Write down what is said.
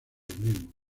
mismos